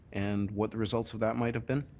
and what the results of that might have been?